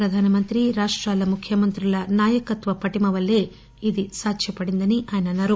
ప్రధానమంత్రి రాష్టాల ముఖ్యమంత్రుల నాయకత్వ పటిమ వల్లే ఇది సాధ్యపడిందని ఆయన అన్నారు